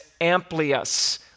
amplius